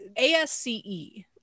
ASCE